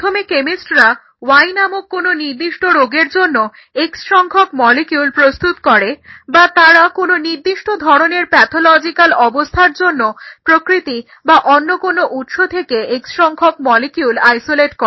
প্রথমে কেমিস্টরা y নামক কোনো নির্দিষ্ট রোগের জন্য x সংখ্যক মলিকিউল প্রস্তুত করে বা তারা কোনো নির্দিষ্ট ধরনের প্যাথোলজিক্যাল অবস্থার জন্য প্রকৃতি বা অন্য কোনো উৎস থেকে x সংখ্যক মলিকিউল আইসোলেট করে